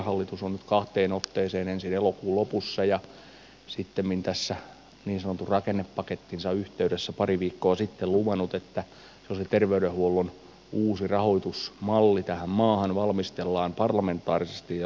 hallitus on kahteen otteeseen ensin elokuun lopussa ja sittemmin tässä niin sanotun rakennepakettinsa yhteydessä pari viikkoa sitten luvannut että sosiaali ja terveydenhuollon uusi rahoitusmalli tähän maahan valmistellaan parlamentaarisesti ja laajapohjaisesti